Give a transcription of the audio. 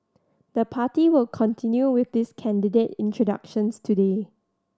the party will continue with this candidate introductions today